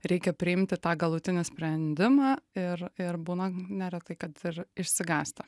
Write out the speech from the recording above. reikia priimti tą galutinį sprendimą ir ir būna neretai kad ir išsigąsta